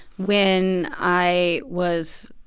when i was,